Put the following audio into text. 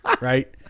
Right